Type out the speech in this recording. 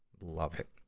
love it.